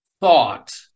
thought